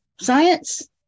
science